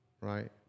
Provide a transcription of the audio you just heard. right